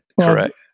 correct